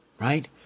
right